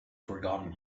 forgotten